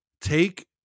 take